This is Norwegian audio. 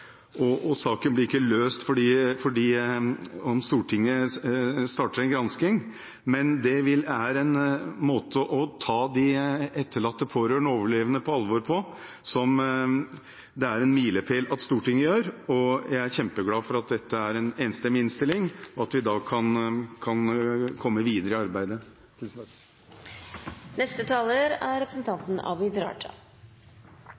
Saken blir ikke løst fordi Stortinget starter en gransking, men det er en måte å ta de etterlatte, pårørende og overlevende på alvor på som det er en milepæl at Stortinget gjør. Jeg er kjempeglad for at det er en enstemmig innstilling, og at vi da kan komme videre i arbeidet. Jeg tar ordet kort i denne saken for å bemerke at jeg er